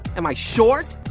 am i short?